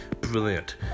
brilliant